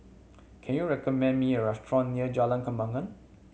can you recommend me a restaurant near Jalan Kembangan